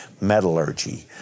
metallurgy